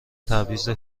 تبعیض